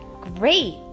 Great